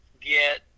get